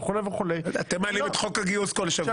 וכו' וכו' -- אתם מעלים את חוק הגיוס כל שבוע.